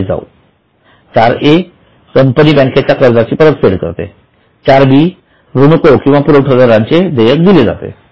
4 a company बँकेच्या कर्जाची परतफेड करते आणि 4 b ऋणकोचे किंवा पुरवठादाराचे देयक दिले जाते